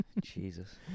Jesus